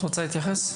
את רוצה להתייחס?